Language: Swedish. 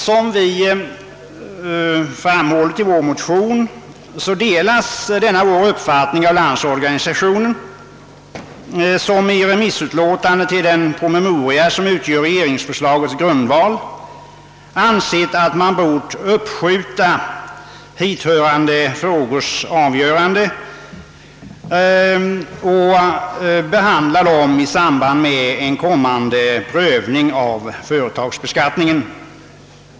Såsom vi har framhållit i vår motion delas vår uppfattning av Landsorganisationen, som i sitt remissutlåtande över den promemoria som utgör regeringsförslagets grundval har uttalat, att man borde uppskjuta hithörande frågors avgörande och behandla dem i samband med en kommande prövning av företagsbeskattningen.